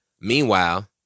Meanwhile